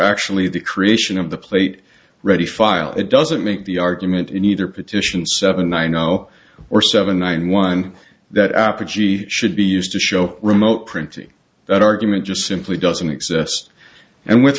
actually the creation of the plate ready file it doesn't make the argument in either petition seven nine zero or seven one one that apogee should be used to show remote printing that argument just simply doesn't exist and with